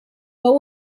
but